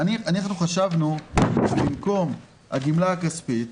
אנחנו חשבנו שבמקום הגימלה הכספית,